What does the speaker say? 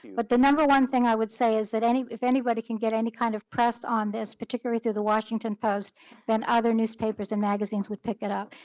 but the number one thing i would say is that any if anybody can get any kind of pressed on this, particularly through the washington post then other newspapers and magazines would pick it up.